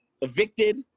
evicted